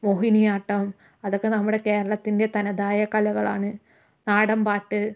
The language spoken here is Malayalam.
മോഹിനിയാട്ടം അതൊക്കെ നമ്മുടെ കേരളത്തിൻ്റെ തനതായ കലകളാണ് നാടൻ പാട്ട്